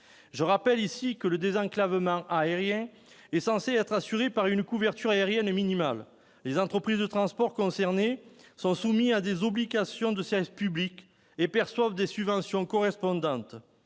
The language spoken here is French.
Je rappelle ici que le désenclavement aérien est censé être assuré par une couverture aérienne minimale. Les entreprises de transport concernées sont soumises à des obligations de service public et perçoivent des subventions à ce titre.